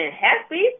happy